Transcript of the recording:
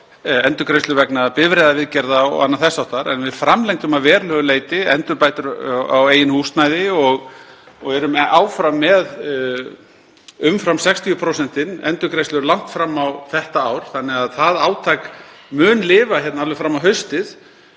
endurgreiðslur vegna bifreiðaviðgerða og annað þess háttar. En við framlengdum að verulegu leyti endurbætur á eigin húsnæði og erum áfram með umfram 60% endurgreiðslur langt fram á þetta ár. Það átak mun því lifa alveg fram á haustið.